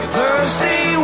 Thursday